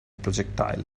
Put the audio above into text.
projectile